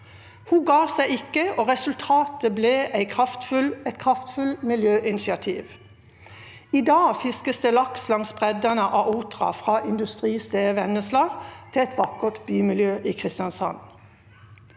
Hun ga seg ikke, og resultatet ble et kraftfullt miljøinitiativ. I dag fiskes det laks langs breddene av Otra, fra industristedet Vennesla til et vakkert bymiljø i Kristiansand.